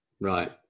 Right